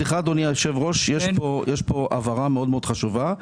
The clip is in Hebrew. אדוני היושב ראש, יש כאן הבהרה מאוד מאוד חשובה.